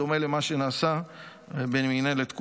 בדומה למה שנעשה במינהלת תקומה.